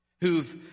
who've